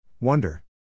Wonder